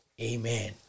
Amen